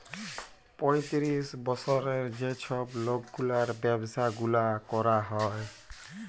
পঁয়তিরিশ বসরের যে ছব লকগুলার ব্যাবসা গুলা ক্যরা হ্যয়